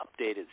updated